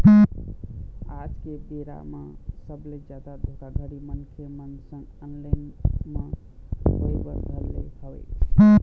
आज के बेरा म सबले जादा धोखाघड़ी मनखे मन संग ऑनलाइन म होय बर धर ले हवय